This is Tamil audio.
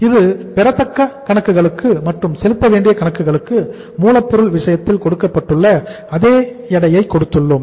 இது பெறத்தக்க கணக்குகளுக்கு மற்றும் செலுத்தவேண்டிய கணக்குகளுக்கு மூலப்பொருள் விஷயத்தில் கொடுக்கப்பட்டுள்ள அதே எடையை கொடுத்துள்ளோம்